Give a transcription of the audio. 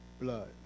blood